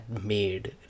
made